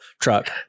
truck